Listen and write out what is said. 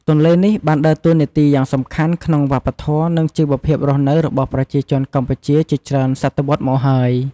ទន្លេនេះបានដើរតួនាទីយ៉ាងសំខាន់ក្នុងវប្បធម៌ និងជីវភាពរស់នៅរបស់ប្រជាជនកម្ពុជាជាច្រើនសតវត្សមកហើយ។